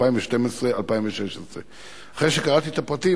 2012 2016. אחרי שקראתי את הפרטים,